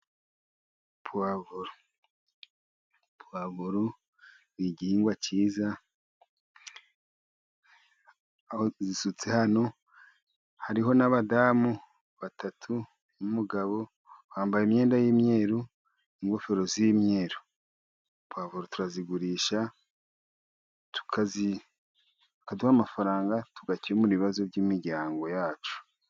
Pwavuro, pwavuro ni igihingwa cyiza aho tuzisutse hano, hariho n'abadamu batatu, n'umugabo bambaye imyenda y'imyeru, ingofero z'imyeru. Pwavuro turazigurisha, bakaduha amafaranga tugakemura ibibazo by'imiryango yacu.